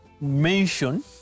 mention